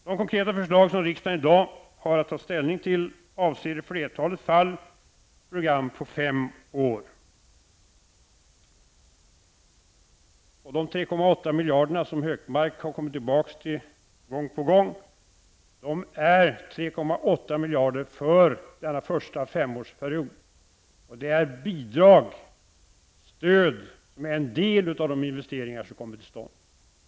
De konkreta förslag som riksdagen i dag har att ta ställning till avser i flertalet fall program på fem år. De 3,8 miljarder kronor som Hökmark har kommit tillbaks till gång på gång är 3,8 miljarder för denna första femårsperiod. Det utgör bidraget, stödet, till en del av de investeringar som kommer till stånd.